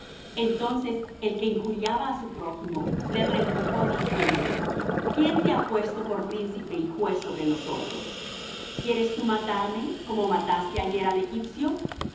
entonces el que injuriaba á su prójimo le rempujó diciendo quién te ha puesto por príncipe y juez sobre nosotros quieres tú matarme como mataste ayer al egipcio